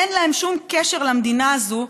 אין להם שום קשר למדינה הזאת",